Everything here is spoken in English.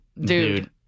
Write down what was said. dude